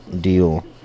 deal